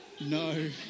No